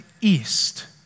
east